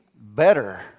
better